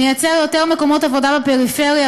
נייצר יותר מקומות עבודה בפריפריה,